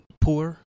poor